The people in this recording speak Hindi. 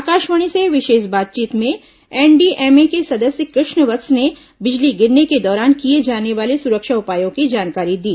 आकाशवाणी से विशेष बातचीत में एनडीएमए के सदस्य कृष्ण वत्स ने बिजली गिरने के दौरान किए जाने वाले सुरक्षा उपायों की जानकारी दी